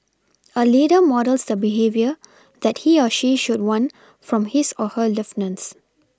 a leader models the behaviour that he or she should want from his or her lieutenants